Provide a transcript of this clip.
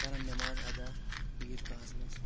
کران نٮ۪ماز ادا عید گاہس منٛز